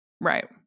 Right